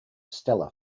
stellar